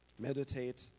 Meditate